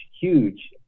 huge